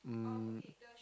um